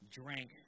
drank